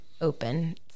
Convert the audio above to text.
open